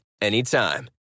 anytime